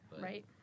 right